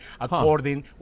according